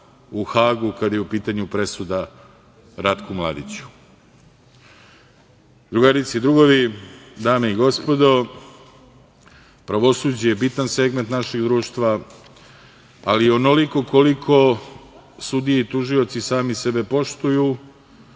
u Hagu kada je u pitanju presuda Ratku Mladiću. Drugarice i drugovi, dame i gospodo, pravosuđe je bitan segment našeg društva, ali onoliko koliko sudije i tužioci sami sebe poštuju,